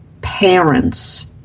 Parents